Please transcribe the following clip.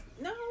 no